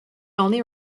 only